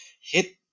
hit